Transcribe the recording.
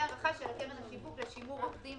הארכה של הקרן לשיווק לשימור עובדים